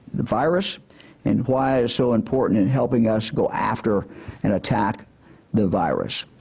the virus and why it's so important in helping us go after and attack the virus.